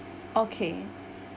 okay